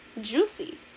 Juicy